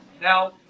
now